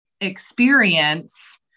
experience